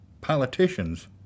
politicians